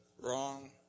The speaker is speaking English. Wrong